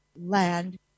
land